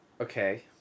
Okay